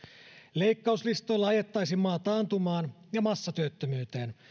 leikkauslistoilla ajettaisiin maa taantumaan ja massatyöttömyyteen